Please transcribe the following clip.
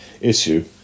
issue